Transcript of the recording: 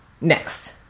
Next